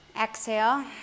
exhale